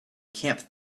camp